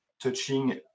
touching